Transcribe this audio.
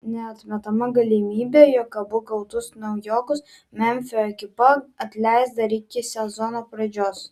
neatmetama galimybė jog abu gautus naujokus memfio ekipa atleis dar iki sezono pradžios